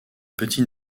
petit